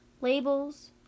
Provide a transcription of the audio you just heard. Labels